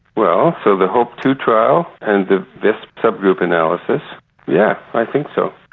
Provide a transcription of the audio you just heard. well so the hope two trial and the visp sub-group analysis yeah, i think so.